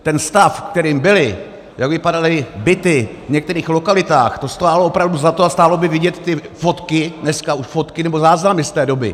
Ten stav, ve kterém byly, jak vypadaly byty v některých lokalitách, to stálo opravdu za to a stálo by vidět ty fotky, dneska už fotky, nebo záznamy z té doby.